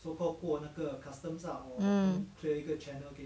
mm